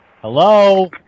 Hello